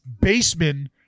baseman